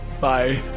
Bye